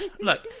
look